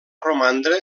romandre